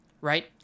right